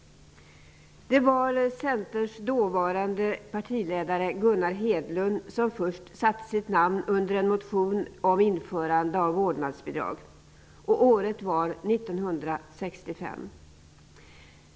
Det var Centerns dåvarande partiledare Gunnar Hedlund, som först satte sitt namn under en motion om införande av vårdnadsbidrag. Året var 1965.